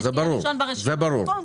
זה ברור.